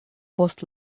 post